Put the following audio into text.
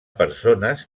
persones